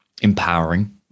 empowering